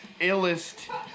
illest